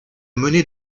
mené